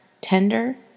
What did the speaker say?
tender